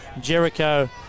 Jericho